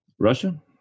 russia